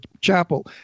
chapel